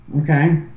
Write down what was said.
Okay